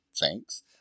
Thanks